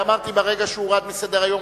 ואמרתי: ברגע שזה הורד מסדר-היום,